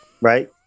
Right